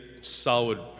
solid